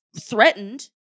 threatened